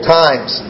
times